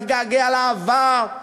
מתגעגע לעבר,